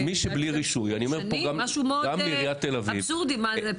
משהו מאוד אבסורדי.